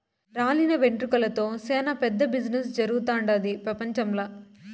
రాలిన వెంట్రుకలతో సేనా పెద్ద బిజినెస్ జరుగుతుండాది పెపంచంల